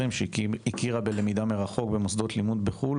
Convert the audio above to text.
- שהכירה בלמידה מרחוק במוסדות לימוד בחוץ לארץ.